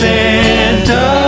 Santa